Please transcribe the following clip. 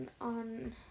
on